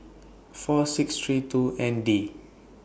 four six three two N D